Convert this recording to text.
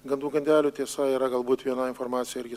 gandų gandelių tiesa yra galbūt viena informacija irgi